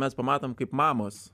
mes pamatom kaip mamos